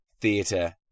theatre